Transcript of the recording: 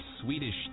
Swedish